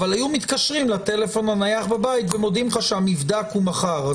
אבל היו מתקשרים לטלפון הנייח בבית ומודיעים לך שהמבדק הוא מחר,